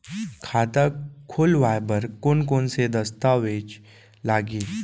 खाता खोलवाय बर कोन कोन से दस्तावेज लागही?